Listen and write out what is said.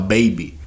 Baby